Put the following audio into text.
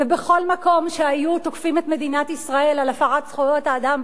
ובכל מקום בעולם שהיו תוקפים את מדינת ישראל על הפרת זכויות האדם,